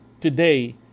today